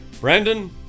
Brandon